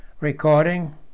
Recording